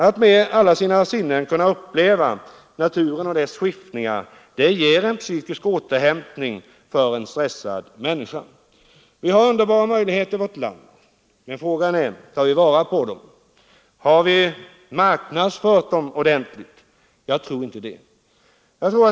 Att med alla sina sinnen uppleva naturen och dess skiftningar ger en psykisk återhämtning för en stressad människa. Vi har underbara möjligheter i vårt land. Men tar vi vara på dem ordentligt? Har vi marknadsfört dem ordentligt? Jag tror inte det.